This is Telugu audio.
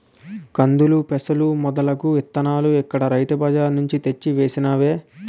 కందులు, పెసలు మొదలగు ఇత్తనాలు ఇక్కడ రైతు బజార్ నుంచి తెచ్చి వేసినవే